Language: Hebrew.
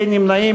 אין נמנעים,